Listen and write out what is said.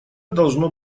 должно